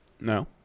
No